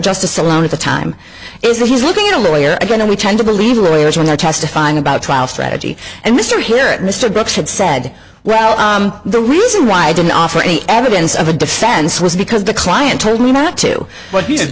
justice alone at the time is that he's looking at a lawyer again and we tend to believe lawyers when they're testifying about trial strategy and mr here mr brooks had said well the reason why i don't offer any evidence of a defense was because the client told me not to but he